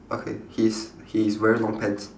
okay he's he is wearing long pants